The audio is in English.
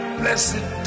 blessed